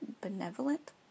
benevolent